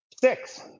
six